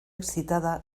excitada